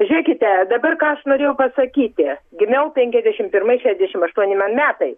žiūrėkite dabar ką aš norėjau pasakyti gimiau penkiasdešimt pirmais šešiasdešimt aštuoni man metai